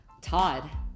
Todd